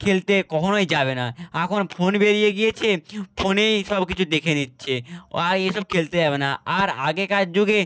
খেলতে কখনোই যাবে না এখন ফোন বেরিয়ে গিয়েছে ফোনেই সব কিছু দেখে নিচ্ছে ও এসব খেলতে যাবে না আর আগেকার যুগে